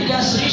Yes